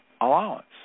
allowance